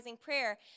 prayer